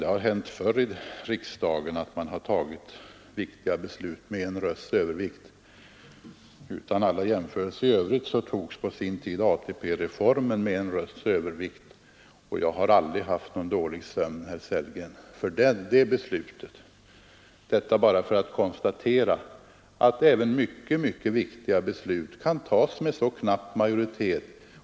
Det har hänt förut i riksdagen att man fattat viktiga beslut med en rösts övervikt. Utan alla jämförelser i övrigt vill jag peka på att ATP-reformen på sin tid genomfördes med en rösts övervikt, och jag har aldrig haft någon dålig sömn, herr Sellgren, på grund av detta beslut. Detta sagt bara för att konstatera att även mycket viktiga beslut kan fattas med så knapp majoritet.